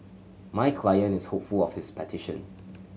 my client is hopeful of his petition